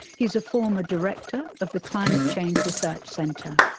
he's a former director of the climate change research centre.